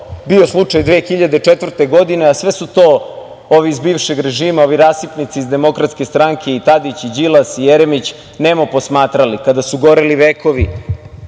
bio slučaj 2004. godine, a sve su to ovi iz bivšeg režima, ovi rasipnici iz DS i Tadić i Đilas i Jeremić nemo posmatrali, kada su goreli vekovi